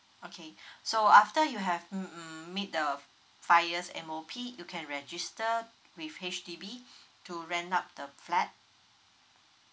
okay so after you have mm mm meet the five years M_O_P you can register with H_D_B to rent out the flat